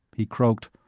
he croaked.